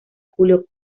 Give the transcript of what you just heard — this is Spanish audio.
julio